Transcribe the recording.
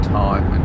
time